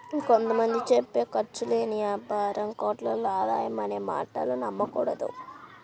కొంత మంది చెప్పే ఖర్చు లేని యాపారం కోట్లలో ఆదాయం అనే మాటలు నమ్మకూడదు